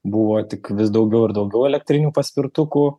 buvo tik vis daugiau ir daugiau elektrinių paspirtukų